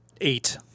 eight